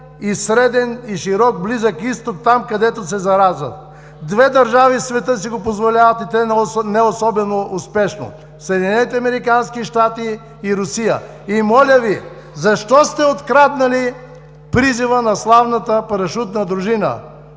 и среден, и широк Близък Изток – там, където се зараждат? Две държави в света си го позволяват и те не особено успешно – Съединените американски щати и Русия. Моля Ви, защо сте откраднали призива на славната парашутна дружина: